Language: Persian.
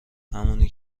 همونی